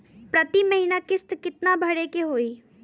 प्रति महीना किस्त कितना भरे के होई?